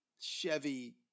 chevy